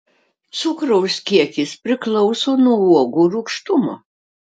cukraus kiekis priklauso nuo uogų rūgštumo